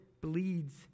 bleeds